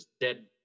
dead